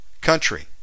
country